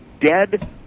dead